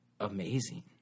amazing